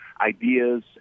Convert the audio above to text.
ideas